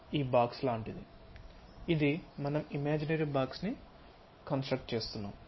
ఈ బాక్స్ లాంటిది ఇది మనం ఇమాజినరీ బాక్స్ ని కన్స్ట్రక్ట్ చేస్తున్నాం